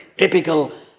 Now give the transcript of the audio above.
Typical